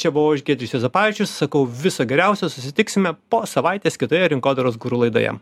čia buvau aš giedrius juozapavičius sakau viso geriausio susitiksime po savaitės kitoje rinkodaros guru laidoje